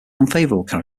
unfavourable